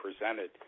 presented